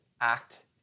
act